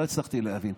לא הצלחתי להבין.